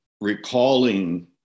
recalling